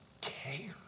care